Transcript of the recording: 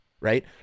Right